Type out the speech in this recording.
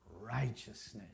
righteousness